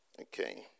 Okay